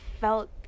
felt